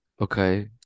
okay